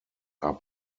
are